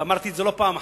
ואמרתי את זה לא פעם אחת,